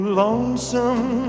lonesome